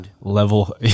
level